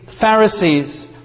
Pharisees